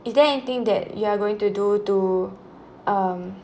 is there anything that you are going to do to(um)